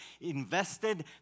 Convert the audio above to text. invested